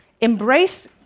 Embrace